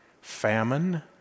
famine